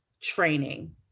training